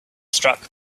struck